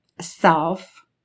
self